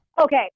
Okay